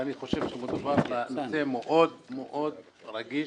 ואני חושב שמדובר בנושא מאוד מאוד רגיש,